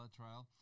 trial